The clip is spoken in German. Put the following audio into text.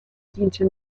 diente